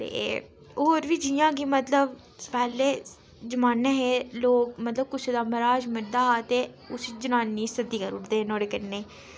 ते एह् होर बी जियां कि मतलब पैह्ले जमान्ने हे लोक मतलब कुसै दा मराज मरदा हा ते उसी जनानी गी सती करुड़दे हे नुहाड़े कन्नै